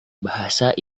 bahasa